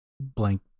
blank